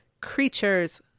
creatures